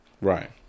Right